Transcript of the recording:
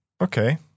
Okay